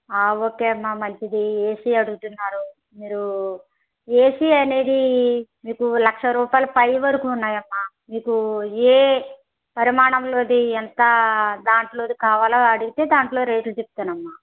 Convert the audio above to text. ఆ ఓకే అమ్మ మంచిది ఏసీ అడుగుతున్నారు మీరు ఏసీ అనేది మీకు లక్షరూపాయల పైవరకు ఉన్నాయమ్మ మీకు ఏ పరిమాణంలోది ఎంత దాంట్లోది కావాలో అడిగితే దాంట్లో రేటు చెప్తానమ్మ